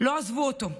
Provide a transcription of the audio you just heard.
לא עזבו אותו.